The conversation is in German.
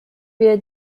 wir